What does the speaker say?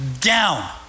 down